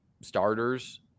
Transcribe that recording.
starters